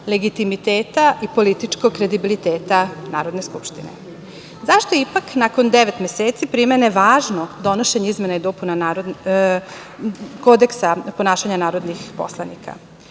legitimiteta i političkog kredibiliteta Narodne skupštine.Zašto je ipak nakon devet meseci primene važno donošenje izmena i dopuna Kodeksa ponašanja narodnih poslanika?